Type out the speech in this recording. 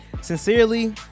sincerely